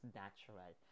natural